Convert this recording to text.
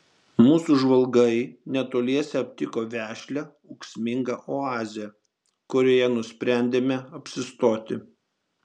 mūsų žvalgai netoliese aptiko vešlią ūksmingą oazę kurioje nusprendėme apsistoti